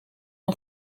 een